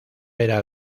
era